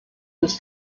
des